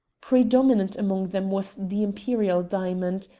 predominant among them was the imperial diamond,